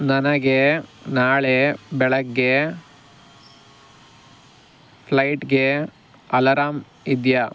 ನನಗೆ ನಾಳೆ ಬೆಳಗ್ಗೆ ಫ್ಲೈಟ್ಗೆ ಅಲರಾಮ್ ಇದೆಯಾ